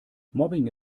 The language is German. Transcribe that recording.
mobbing